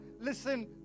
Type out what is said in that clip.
listen